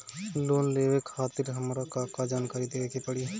Loan लेवे खातिर हमार का का जानकारी देवे के पड़ी?